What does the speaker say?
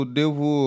devo